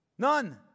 None